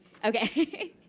okay.